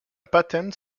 patent